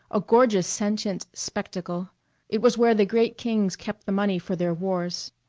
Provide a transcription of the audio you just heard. a gorgeous sentient spectacle it was where the great kings kept the money for their wars.